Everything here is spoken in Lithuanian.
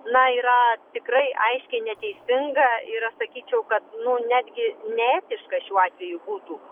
na yra tikrai aiškiai neteisinga ir aš sakyčiau kad nu netgi neetiška šiuo atveju būtų